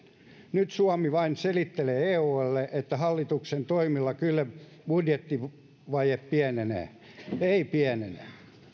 nyt suomi vain selittelee eulle että hallituksen toimilla kyllä budjettivaje pienenee ei pienene